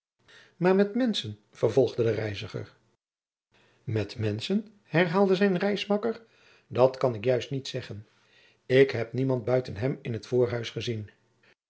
maar met menschen vervolgde de reiziger met menschen herhaalde zijn reismakker dat kan ik juist niet zeggen ik heb niemand buiten hem in t voorhuis ezien